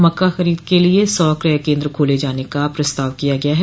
मक्का खरीद के लिए सौ क्रय केन्द्र खोले जाने का प्रस्ताव किया गया है